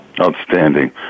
Outstanding